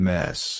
Mess